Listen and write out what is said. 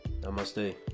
Namaste